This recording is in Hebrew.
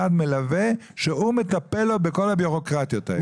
מלווה שהוא מטפל עבורו בכל הבירוקרטיה.